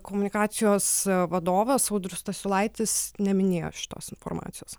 komunikacijos vadovas audrius stasiulaitis neminėjo šitos informacijos